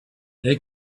they